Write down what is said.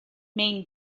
main